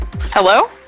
Hello